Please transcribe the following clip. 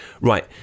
Right